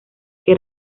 que